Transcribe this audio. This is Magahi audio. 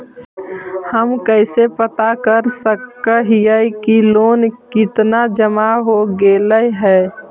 हम कैसे पता कर सक हिय की लोन कितना जमा हो गइले हैं?